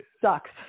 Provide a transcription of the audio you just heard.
sucks